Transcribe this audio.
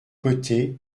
côté